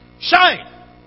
shine